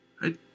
I